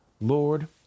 Lord